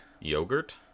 yogurt